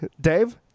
dave